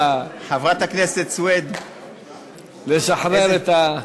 הכנסת סויד, לשחרר את,